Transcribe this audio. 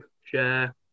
share